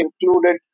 included